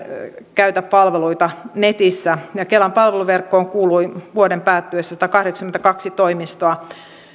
käytä palveluita netissä kelan palveluverkkoon kuului vuoden päättyessä satakahdeksankymmentäkaksi toimistoa